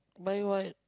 buy what